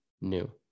new